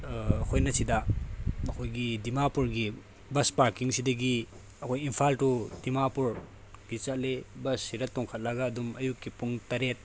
ꯑꯩꯈꯣꯏꯅ ꯁꯤꯗ ꯑꯩꯈꯣꯏꯒꯤ ꯗꯤꯃꯥꯄꯨꯔꯒꯤ ꯕꯁ ꯄꯥꯔꯀꯤꯡꯁꯤꯗꯒꯤ ꯑꯩꯈꯣꯏ ꯏꯝꯐꯥꯜ ꯇꯨ ꯗꯤꯃꯥꯄꯨꯔꯒꯤ ꯆꯠꯂꯤ ꯕꯁꯁꯤꯗ ꯊꯣꯡꯈꯠꯂꯒ ꯑꯗꯨꯝ ꯑꯌꯨꯛꯀꯤ ꯄꯨꯡ ꯇꯔꯦꯠ